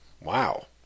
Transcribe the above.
Wow